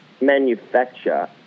manufacture